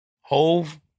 Hove